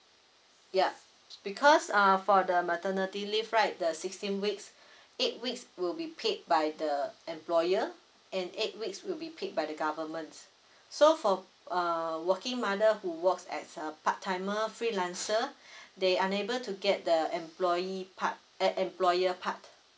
ya because uh for the maternity leave right the sixteen weeks eight weeks will be paid by the employer and eight weeks will be paid by the governments so for uh working mother who works as a part timer freelancer they unable to get the employee part eh employer part